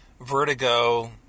Vertigo